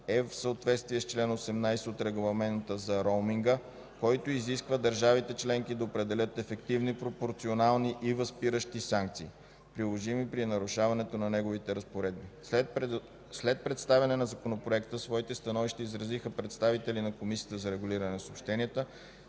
е в съответствие с чл. 18 от Регламента за роуминга, който изисква държавите членки да определят ефективни, пропорционални и възпиращи санкции, приложими при нарушаването на неговите разпоредби. След представяне на Законопроекта своите становища изразиха представители на Комисията за регулиране на съобщенията,